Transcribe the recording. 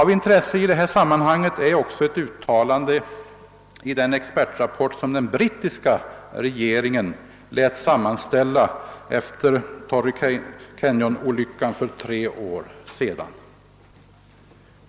Av intresse i det här sammanhanget är också ett uttalande i den expertrapport som den brittiska regeringen lät sammanställa efter »Torrey Canyon« olyckan för tre år sedan.